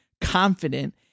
confident